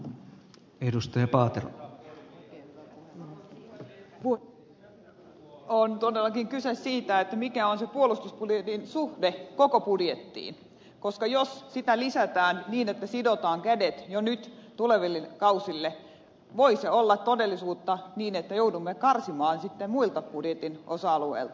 tässä on todellakin kyse siitä mikä on se puolustusbudjetin suhde koko budjettiin koska jos puolustusmäärärahaa lisätään niin että sidotaan kädet jo nyt tuleville kausille voi olla todellisuutta se että joudumme karsimaan sitten muilta budjetin osa alueilta